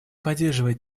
поддерживает